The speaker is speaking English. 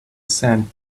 sand